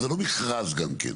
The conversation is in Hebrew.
זה לא מכרז גם כן.